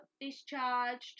discharged